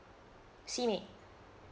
simei